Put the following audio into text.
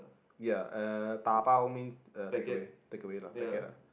ya uh dabao means uh take away take away lah packet lah